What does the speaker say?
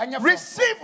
Receive